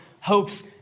hopes